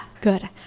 good